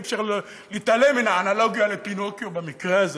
אי-אפשר להתעלם מהאנלוגיה לפינוקיו במקרה הזה,